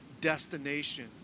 destination